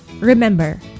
Remember